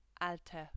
alte